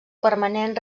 permanent